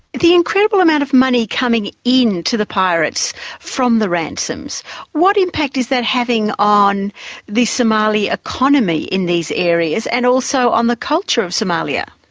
the incredible amount of money coming in to the pirates from the ransoms what impact is that having on the somali economy in these areas, and also on the culture of somalia?